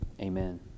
amen